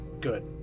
Good